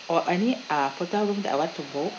or any uh hotel room that I want to book